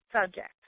subject